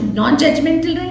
non-judgmental